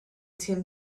tim